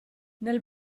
nel